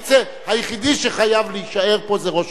היחידי שחייב להישאר פה זה ראש הממשלה,